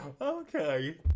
Okay